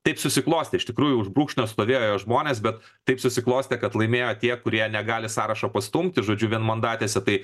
taip susiklostė iš tikrųjų už brūkšnio stovėjo žmonės bet taip susiklostė kad laimėjo tie kurie negali sąrašo pastumti žodžiu vienmandatėse tai